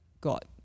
got